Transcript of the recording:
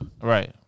Right